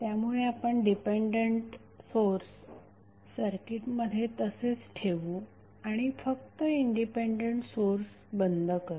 त्यामुळे आपण dependent source सर्किटमध्ये तसेच ठेवू आणि फक्त इंडिपेंडेंट सोर्स बंद करू